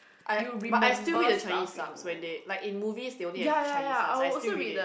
I but I still read the Chinese sub when they like in movie they only have Chinese sub I still read it